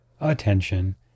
attention